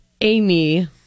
amy